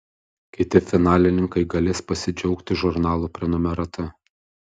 kiti finalininkai galės pasidžiaugti žurnalo prenumerata